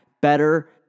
better